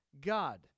God